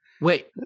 Wait